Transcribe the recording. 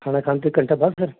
ਖਾਣਾ ਖਾਣ ਤੋਂ ਇੱਕ ਘੰਟਾ ਬਾਅਦ ਸਰ